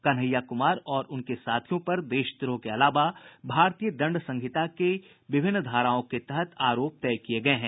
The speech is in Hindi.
कन्हैया कुमार और उनके साथियों पर देशद्रोह के अलावा भारतीय दंड संहिता की विभिन्न धाराओं के तहत आरोप तय किए हैं